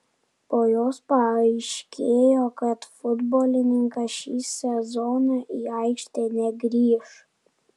po jos paaiškėjo kad futbolininkas šį sezoną į aikštę negrįš